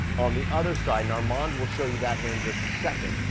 on the other side and armand will show you that here in just a second.